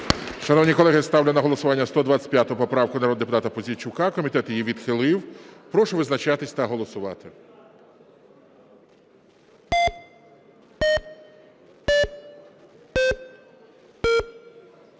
Шановні колеги, ставлю на голосування 125 поправку народного депутата Пузійчука. Комітет її відхилив. Прошу визначатись та голосувати.